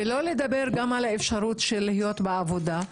בלי לדבר על האפשרות להיות בעבודה,